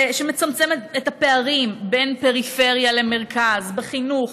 שמצמצמים את הפערים בין פריפריה למרכז בחינוך,